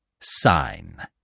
sign